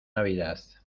navidad